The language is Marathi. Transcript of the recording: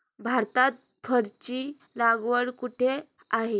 भारतात फरची लागवड कुठे आहे?